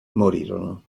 morirono